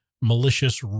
malicious